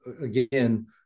again